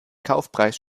kaufpreis